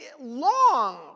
long